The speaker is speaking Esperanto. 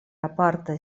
apartaj